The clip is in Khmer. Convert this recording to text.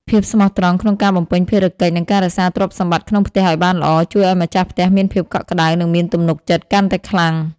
ភាពស្មោះត្រង់ក្នុងការបំពេញភារកិច្ច និងការរក្សាទ្រព្យសម្បត្តិក្នុងផ្ទះឱ្យបានល្អ ជួយឱ្យម្ចាស់ផ្ទះមានភាពកក់ក្តៅ និងមានទំនុកចិត្តកាន់តែខ្លាំង។